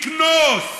לקנוס.